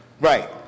Right